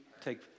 take